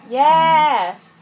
yes